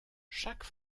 chaque